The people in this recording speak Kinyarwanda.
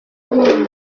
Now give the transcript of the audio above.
irindi